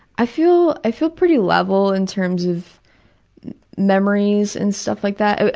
i feel i feel pretty level in terms of memories and stuff like that.